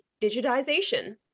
digitization